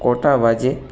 কটা বাজে